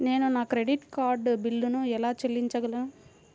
నేను నా credit card బిల్లును ఎలా చెల్లించగలను?